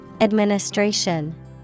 Administration